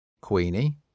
Queenie